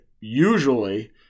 usually